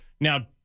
Now